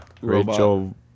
Rachel